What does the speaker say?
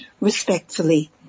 respectfully